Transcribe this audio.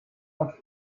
off